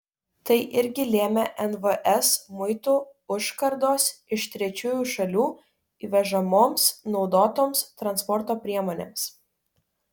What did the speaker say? tai irgi lėmė nvs muitų užkardos iš trečiųjų šalių įvežamoms naudotoms transporto priemonėms